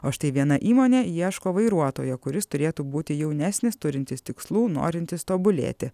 o štai viena įmonė ieško vairuotojo kuris turėtų būti jaunesnis turintis tikslų norintis tobulėti